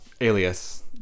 alias